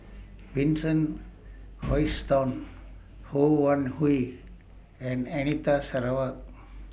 Vincent Hoisington Ho Wan Hui and Anita Sarawak